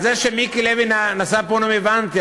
יש כאן, זה שמיקי לוי נשא פה נאום, הבנתי.